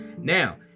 Now